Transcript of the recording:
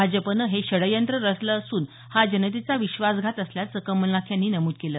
भाजपनं हे षडयंत्र रचलं असून हा जनतेचा विश्वासघात असल्याचं कमलनाथ यांनी नमूद केलं